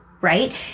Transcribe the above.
right